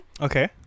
okay